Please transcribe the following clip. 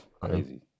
Crazy